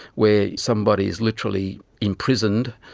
where somebody is literally imprisoned,